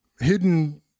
hidden